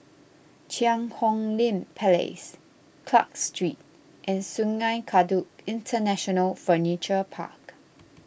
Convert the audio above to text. Cheang Hong Lim Place Clarke Street and Sungei Kadut International Furniture Park